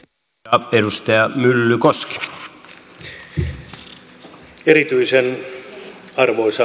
erityisen arvoisa herra puhemies